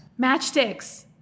Matchsticks